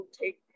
take